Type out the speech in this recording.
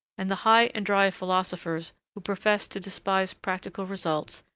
and the high and dry philosophers who professed to despise practical results,